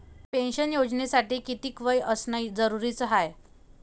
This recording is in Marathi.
पेन्शन योजनेसाठी कितीक वय असनं जरुरीच हाय?